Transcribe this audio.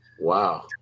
Wow